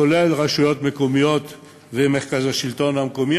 כולל רשויות מקומיות ומרכז השלטון המקומי,